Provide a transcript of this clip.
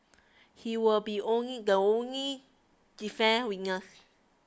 he will be only the only defence witness